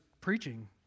preaching